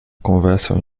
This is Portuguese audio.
conversam